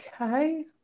Okay